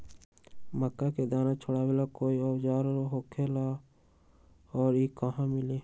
मक्का के दाना छोराबेला कोई औजार होखेला का और इ कहा मिली?